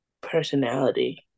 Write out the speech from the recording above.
personality